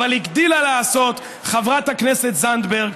אבל הגדילה לעשות חברת הכנסת זנדברג,